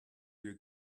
you